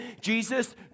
Jesus